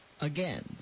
again